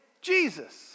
Jesus